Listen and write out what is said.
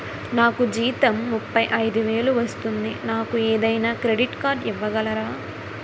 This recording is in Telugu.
నాకు జీతం ముప్పై ఐదు వేలు వస్తుంది నాకు ఏదైనా క్రెడిట్ కార్డ్ ఇవ్వగలరా?